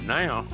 now